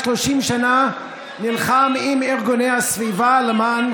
ו-30 שנה נלחם עם ארגוני הסביבה למען